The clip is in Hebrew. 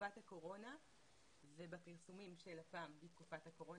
בתקופת הקורונה ובפרסומים של לפ"מ בתקופת הקורונה,